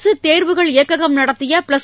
அரசு தேர்வுகள் இயக்ககம் நடத்திய பிளஸ்